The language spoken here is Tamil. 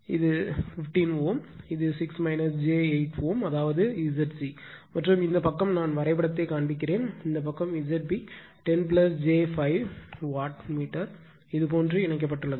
இது 15 Ω இது 6 j 8 Ω அதாவது Zc மற்றும் இந்த பக்கம் நான் வரைபடத்தைக் காண்பிப்பேன் இந்த பக்கம் Zb 10 j 5 watt watt meter இதுபோன்று இணைக்கப்பட்டுள்ளது